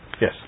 Yes